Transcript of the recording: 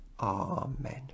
Amen